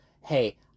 hey